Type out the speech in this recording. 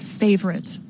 favorite